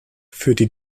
führte